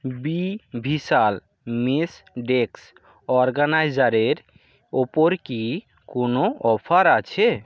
B ভিশাল মেশ ডেস্ক অর্গ্যানাইজারের ওপর কি কোনও অফার আছে